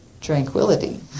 Tranquility